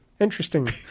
Interesting